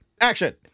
Action